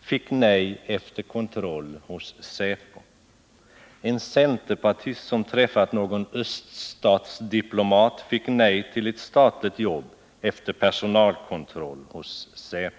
fick nej efter kontroll hos säpo. En centerpartist som träffat någon öststatsdiplomat fick nej till ett statligt jobb efter personalkontroll hos säpo.